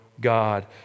God